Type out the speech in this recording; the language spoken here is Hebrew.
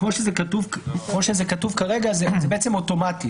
כמו שזה כתוב כרגע, זה אוטומטית.